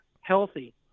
healthy